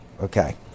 Okay